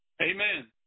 Amen